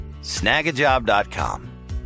Snagajob.com